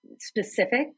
specific